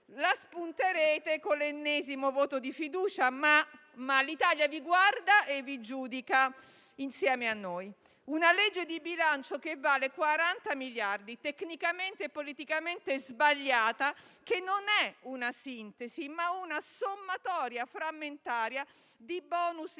La spunterete con l'ennesimo voto di fiducia, ma l'Italia vi guarda e vi giudica insieme a noi. Si tratta di un disegno di legge di bilancio che vale 40 miliardi, tecnicamente e politicamente sbagliata, che non è una sintesi, ma una sommatoria frammentaria di *bonus* improduttivi